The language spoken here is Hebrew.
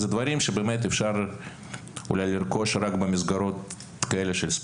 זה דברים שבאמת אפשר אולי לרכוש רק במסגרות כאלה של ספורט.